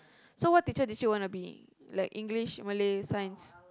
so what teacher did you wanna be like English Malay Science